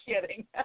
Kidding